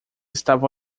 estava